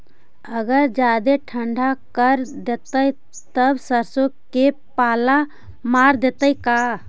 अगर जादे ठंडा कर देतै तब सरसों में पाला मार देतै का?